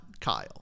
Kyle